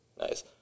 Nice